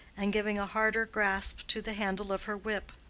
and giving a harder grasp to the handle of her whip,